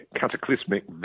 cataclysmic